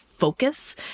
focus